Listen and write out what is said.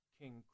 King